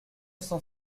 cent